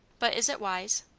but is it wise?